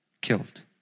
killed